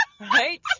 Right